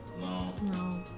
No